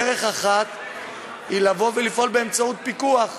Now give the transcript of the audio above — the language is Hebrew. דרך אחת היא לבוא ולפעול באמצעות פיקוח,